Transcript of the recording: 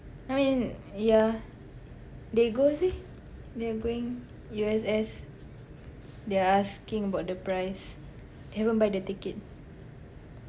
I mean yeah they go see they are going U_S_S they are asking about the price haven't buy the ticket